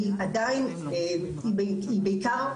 היא בעיקר ברגליים.